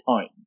time